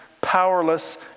powerless